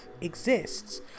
exists